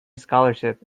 scholarship